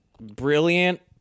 brilliant